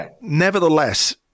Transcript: Nevertheless